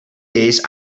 days